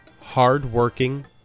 Hard-working